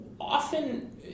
often